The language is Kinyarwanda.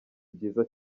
byiza